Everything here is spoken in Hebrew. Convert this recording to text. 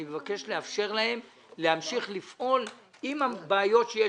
אני מבקש לאפשר להם להמשיך לפעול, עם הבעיות שיש.